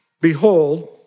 Behold